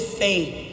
faith